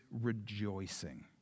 rejoicing